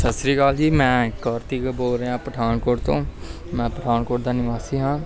ਸਤਿ ਸ਼੍ਰੀ ਅਕਾਲ ਜੀ ਮੈਂ ਕਾਰਤਿਕ ਬੋਲ ਰਿਹਾ ਪਠਾਨਕੋਟ ਤੋਂ ਮੈਂ ਪਠਾਨਕੋਟ ਦਾ ਨਿਵਾਸੀ ਹਾਂ